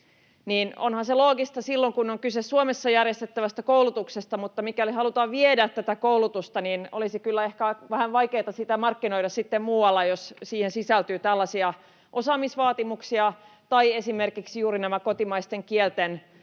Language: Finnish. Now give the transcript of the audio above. onhan se loogista silloin, kun on kyse Suomessa järjestettävästä koulutuksesta, mutta mikäli halutaan viedä tätä koulutusta, olisi kyllä ehkä vähän vaikeata sitä markkinoida sitten muualla, jos siihen sisältyy tällaisia osaamisvaatimuksia tai esimerkiksi juuri nämä kotimaisten kielten